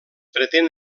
pretén